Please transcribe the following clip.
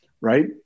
right